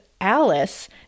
alice